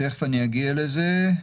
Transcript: תכף אגיע לזה.